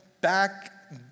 back